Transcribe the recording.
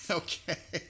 okay